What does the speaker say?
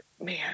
man